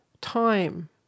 time